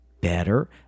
better